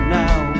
now